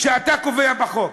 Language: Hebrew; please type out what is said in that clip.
שאתה קובע בחוק.